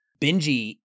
Benji